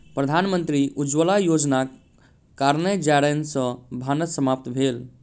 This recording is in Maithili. प्रधानमंत्री उज्ज्वला योजनाक कारणेँ जारैन सॅ भानस समाप्त भेल